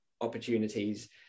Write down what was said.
opportunities